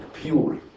pure